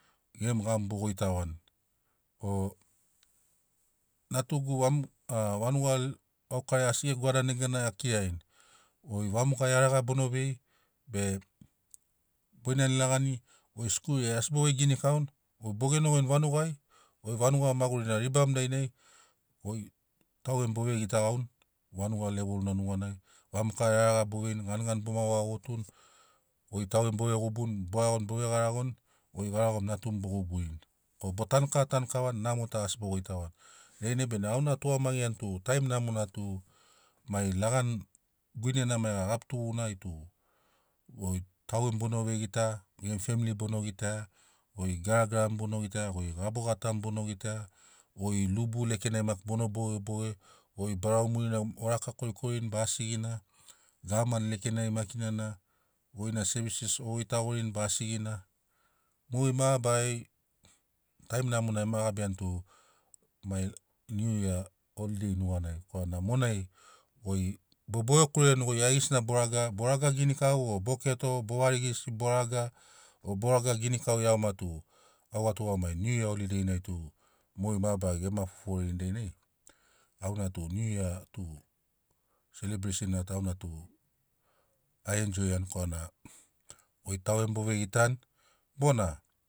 Gemu gamu bo goitagoani o natugu gam a vanuga gaukarari ge gwadani neganai a kirarini goi vamoka iaraga bono vei be boinani ilagani gi skul ai as obo veiginikauni goi bo genogoini vanugai vanuga magurina ribamu dainai goi taugemu bo vegitagauni vanuga levol na neganai vamoka iaraga bo veini ganigani boma wavotuni goi taugemu bo vegubuni bo iagoni bo vegaragoni goi garagomu natumu bo guburini o bo tanu kava tanu kavani namo ta asi bo goitagoani dainai benamo auna a tugamagiani tut aim namona tu mai lagani guinena gabitugunai tug oi taugemu bona vegita gemu family bona gitaia goi garagaramu bono gitaia goi gabogatamu bono gitaia goi lubu lekenai maki bono bogeboge goi barau murinai o raka korikorini ba asigina gavamani lekenai maki nan a goina sevises o goitagorini ba asigina moger mabari taim namo ema gabiani tu mai niu yia olidei nuganai korana monai goi bo boge kureni goi aigesina bo raga bo raga ginikau o bo keto bo varigisi borage o bo raga ginikau iagoma tu au a tugamini niu yia olidei nai tu mogeri mabarari gema foforini dainai auna tu niu yia tu selebreisen na auna tu a enjoiani korana goi taugemu bo vegitani bona